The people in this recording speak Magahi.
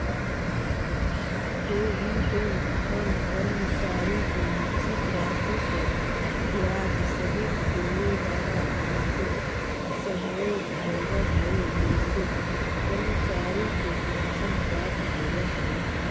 प्रोविडेंट फंड कर्मचारी के निश्चित राशि पर ब्याज सहित देवेवाला आर्थिक सहयोग होव हई जेसे कर्मचारी के पेंशन प्राप्त होव हई